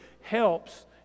helps